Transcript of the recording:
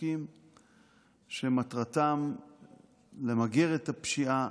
בחוקים שמטרתם למגר את הפשיעה,